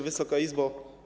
Wysoka Izbo!